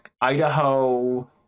Idaho